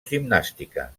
gimnàstica